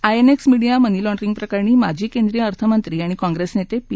INX media money laundering प्रकरणी माजी केंद्रीय अर्थमंत्री आणि काँग्रेस नेते पी